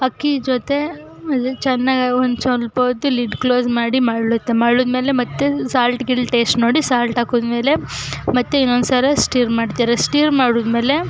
ಅಕ್ಕಿ ಜೊತೆ ಇದು ಚೆನ್ನಾಗಾಗಿ ಒಂದು ಸ್ವಲ್ಪ ಹೊತ್ತು ಲಿಡ್ ಕ್ಲೋಸ್ ಮಾಡಿ ಮಳ್ಳುತ್ತೆ ಮಳ್ಳುದ್ಮೇಲೆ ಮತ್ತೆ ಸಾಲ್ಟು ಗಿಲ್ಟು ಟೇಸ್ಟ್ ನೋಡಿ ಸಾಲ್ಟ್ ಹಾಕಿದ್ಮೇಲೆ ಮತ್ತು ಇನ್ನೊಂದ್ಸಲ ಸ್ಟಿರ್ ಮಾಡ್ತೀರಾ ಸ್ಟಿರ್ ಮಾಡಿದ್ಮೇಲೆ